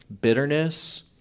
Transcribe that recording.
bitterness